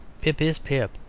pip is pip,